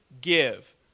give